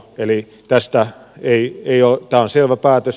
eli tämä on selvä päätös